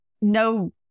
no